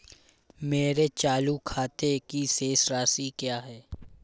मेरे चालू खाते की शेष राशि क्या है?